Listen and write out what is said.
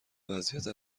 وضعیت